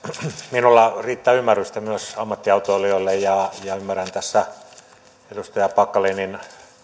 minulla riittää ymmärrystä myös ammattiautoilijoille ja ymmärrän tämän edustaja packalenin